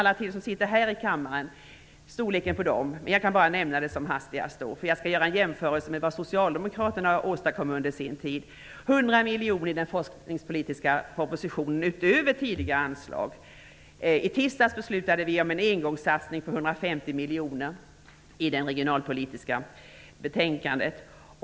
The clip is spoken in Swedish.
Alla som sitter här i kammaren känner till storleken på de resurserna, men jag vill nämna det som hastigast, för jag skall göra en jämförelse med vad Socialdemokraterna åstadkom under sin tid: Vi ger I tisdags beslutade vi om en engångssatsning på 150 miljoner i den regionalpolitiska betänkandet.